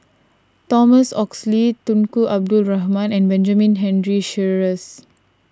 Thomas Oxley Tunku Abdul Rahman and Benjamin Henry Sheares